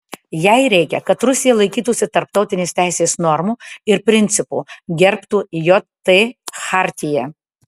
jai reikia kad rusija laikytųsi tarptautinės teisės normų ir principų gerbtų jt chartiją